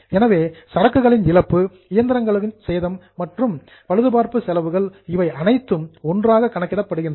எனவே சரக்குகளின் இழப்பு இயந்திரங்களுக்கு சேதம் மற்றும் ரிப்பேரிங் காஸ்ட் பழுதுபார்ப்பு செலவு இவை அனைத்தும் டுகதர் ஒன்றாக கணக்கிடப்படுகின்றன